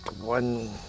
one